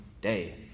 day